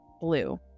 blue